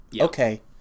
Okay